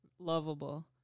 lovable